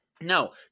No